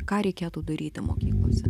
ką reikėtų daryti mokyklose